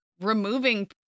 removing